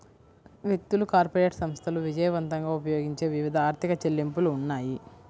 వ్యక్తులు, కార్పొరేట్ సంస్థలు విజయవంతంగా ఉపయోగించే వివిధ ఆర్థిక చెల్లింపులు ఉన్నాయి